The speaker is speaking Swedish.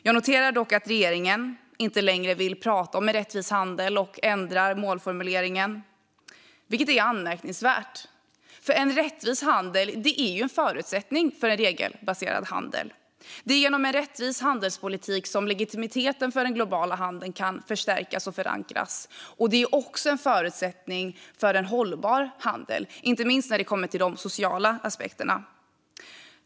Jag noterar dock att regeringen inte längre vill prata om en rättvis handel utan ändrar målformuleringen, vilket är anmärkningsvärt. En rättvis handel är nämligen en förutsättning för en regelbaserad handel. Det är genom en rättvis handelspolitik som legitimiteten för den globala handeln kan förstärkas och förankras. Det är också en förutsättning för en hållbar handel, inte minst när det kommer till de sociala aspekterna.